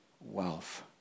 wealth